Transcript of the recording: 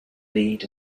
lead